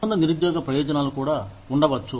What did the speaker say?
అనుబంధ నిరుద్యోగ ప్రయోజనాలు కూడా ఉండవచ్చు